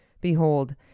Behold